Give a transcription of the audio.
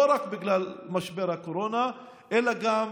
לא רק בגלל המשבר קורונה אלא גם